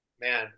man